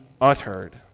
uttered